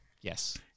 yes